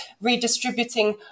redistributing